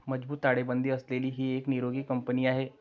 मजबूत ताळेबंद असलेली ही एक निरोगी कंपनी आहे